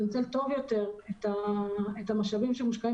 לנצל טוב יותר את המשאבים שמושקעים